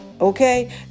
Okay